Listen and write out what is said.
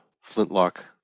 flintlock